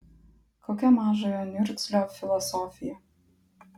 kokia mažojo niurzglio filosofija